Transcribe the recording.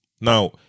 Now